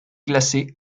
glacée